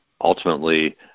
ultimately